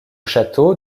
château